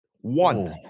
One